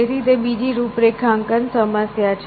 તેથી તે બીજી રૂપરેખાંકન સમસ્યા છે